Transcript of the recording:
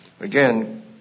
Again